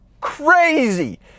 crazy